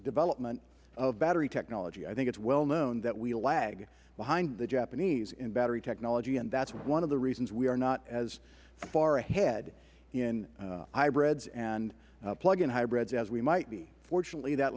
development of battery technology i think it is well known that we lag behind the japanese in battery technology that is one of the reasons we are not as far ahead in hybrids and plug in hybrids as we might be fortunately that